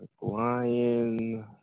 Lion